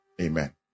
Amen